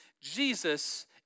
Jesus